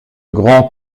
grand